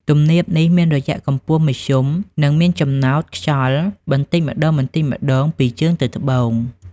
ទំនាបនេះមានរយៈកម្ពស់មធ្យម និងមានចំណោតខ្សោយបន្តិចម្ដងៗពីជើងទៅត្បូង។